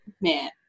man